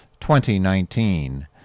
2019